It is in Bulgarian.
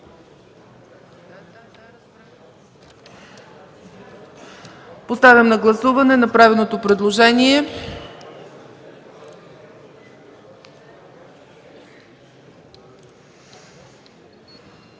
Поставям на гласуване направеното предложение.